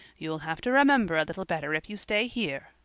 you'll have to remember a little better if you stay here,